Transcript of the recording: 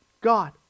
God